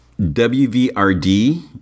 WVRD